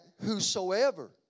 whosoever